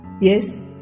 Yes